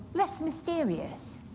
less mysterious.